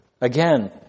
Again